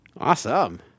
Awesome